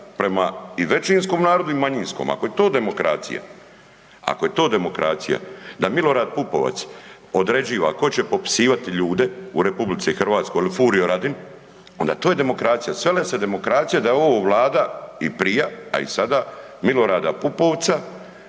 prema i većinskom narodu i manjinskom, ako je to demokracija, ako je to demokracija da Milorad Pupovac određiva tko će popisivati ljude u RH ili Furio Radin ona to je demokracija sele se demokracije da je ovo Vlada i prija, a i sada Milorada Pupovca,